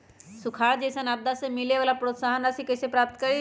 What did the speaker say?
सुखार जैसन आपदा से मिले वाला प्रोत्साहन राशि कईसे प्राप्त करी?